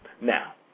Now